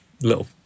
little